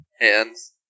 hands